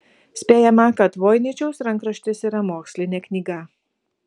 spėjama kad voiničiaus rankraštis yra mokslinė knyga